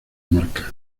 marcas